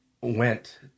went